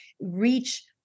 reach